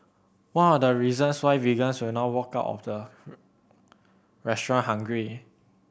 one of the reasons why vegans will not walk out of the restaurant hungry